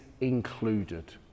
included